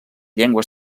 llengua